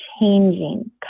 changing